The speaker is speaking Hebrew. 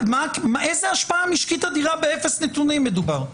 באיזו השפעה משקית אדירה באפס נתונים מדובר?